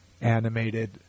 animated